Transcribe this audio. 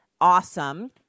Awesome